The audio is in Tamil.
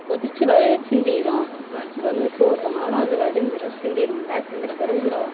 கொதிச்சு வ சிந்திரும் இப்போ வந்து சோறு பொங்கினாலும் அது வடிஞ்சிரும் சிந்திரும்ல சிந்தின பிறவு